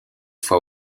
fois